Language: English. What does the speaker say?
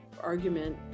argument